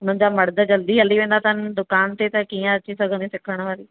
हुननि जा मर्द जल्दी हली वेंदा अथन दुकान ते त कीअं अची सघंदी सिखण वारी